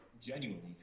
genuinely